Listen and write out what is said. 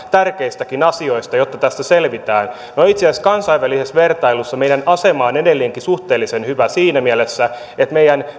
tärkeistäkin asioista jotta tästä selvitään no itse asiassa kansainvälisessä vertailussa meidän asemamme on edelleenkin suhteellisen hyvä siinä mielessä että meidän